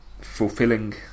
Fulfilling